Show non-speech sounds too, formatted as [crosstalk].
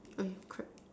[noise] crack